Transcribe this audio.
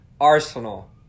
Arsenal